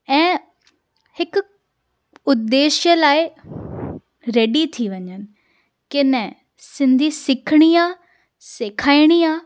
ऐं हिकु उद्देशय लाइ रेडी थी वञनि की न सिंधी सिखिणी आहे सेखारिणी आहे